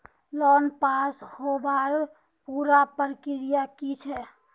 Loan pass होबार पुरा प्रक्रिया की छे?